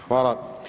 Hvala.